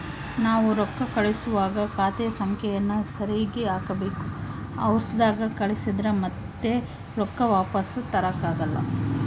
ನಾವು ರೊಕ್ಕ ಕಳುಸುವಾಗ ಖಾತೆಯ ಸಂಖ್ಯೆಯನ್ನ ಸರಿಗಿ ಹಾಕಬೇಕು, ಅವರ್ಸದಾಗ ಕಳಿಸಿದ್ರ ಮತ್ತೆ ರೊಕ್ಕ ವಾಪಸ್ಸು ತರಕಾಗಲ್ಲ